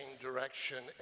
direction